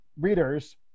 readers